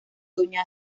doña